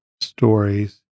stories